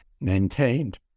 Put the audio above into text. maintained